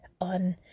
on